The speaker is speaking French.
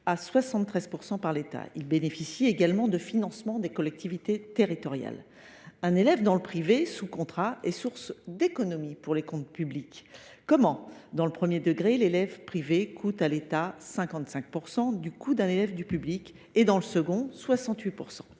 à 73 % par l’État. Ils bénéficient également du financement des collectivités territoriales. Un élève dans le privé sous contrat est source d’économies pour les comptes publics. Comment ? Dans le premier degré, l’élève du privé coûte à l’État 55 % du coût d’un élève du public et, dans le second